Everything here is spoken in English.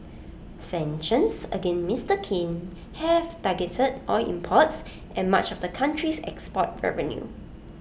sanctions against Mister Kim have targeted oil imports and much of the country's export revenue